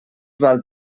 val